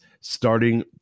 starting